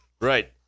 Right